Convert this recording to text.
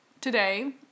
Today